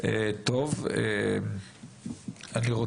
ניר